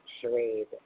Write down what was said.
charade